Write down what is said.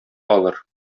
алыр